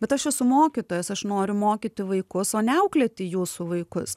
bet aš esu mokytojas aš noriu mokyti vaikus o ne auklėti jūsų vaikus